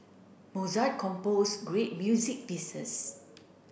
Mozart composed great music pieces